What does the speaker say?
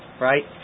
right